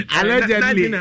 allegedly